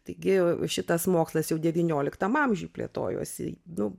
taigi šitas mokslas jau devynioliktam amžiuj plėtojosi nu